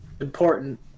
Important